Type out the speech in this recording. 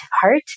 heart